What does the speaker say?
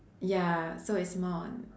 ya so it's more on